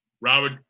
Robert